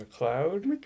McLeod